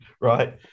right